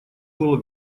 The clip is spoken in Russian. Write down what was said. было